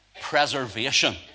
preservation